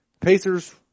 Pacers